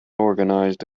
organized